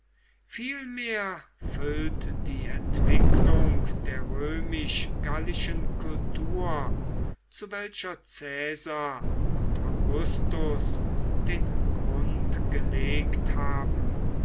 vielmehr füllt die entwicklung der römisch gallischen kultur zu welcher caesar und augustus den grund gelegt haben